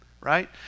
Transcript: right